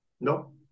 No